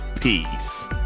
peace